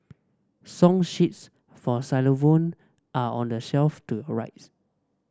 song sheets for xylophone are on the shelf to your rights